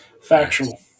Factual